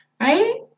right